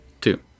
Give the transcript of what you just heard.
two